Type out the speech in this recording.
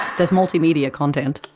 there is multi-media content,